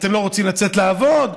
אתם לא רוצים לצאת לעבוד.